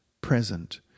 present